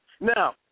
Now